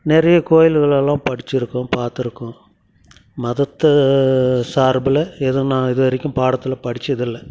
நிறைய கோயில்களெல்லாம் படிச்சிருக்கோம் பார்த்துருக்கோம் மதத்தை சார்பில் எதுவும் நான் இதுவரைக்கும் பாடத்தில் படிச்சதில்லை